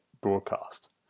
broadcast